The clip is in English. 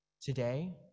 Today